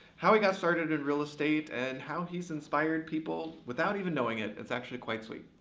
how he got started in real estate and how he's inspired people without even knowing it. it's actually quite sweet.